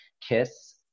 Kiss